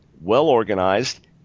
well-organized